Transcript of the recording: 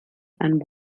and